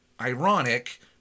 ironic